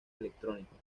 electrónicos